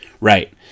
Right